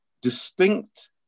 distinct